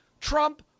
Trump